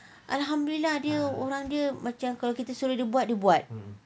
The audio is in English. alhamdulillah dia orang dia macam kalau kita suruh dia buat dia buat